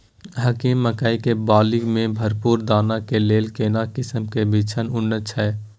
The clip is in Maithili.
हाकीम मकई के बाली में भरपूर दाना के लेल केना किस्म के बिछन उन्नत छैय?